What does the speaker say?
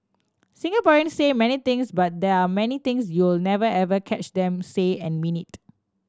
Singaporeans say many things but there are many things you'll never ever catch them say and mean it